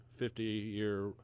50-year